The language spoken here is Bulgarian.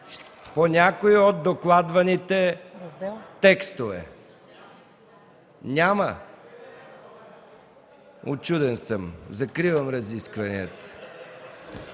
по някои от докладваните текстове? Няма – учуден съм. Закривам разискванията.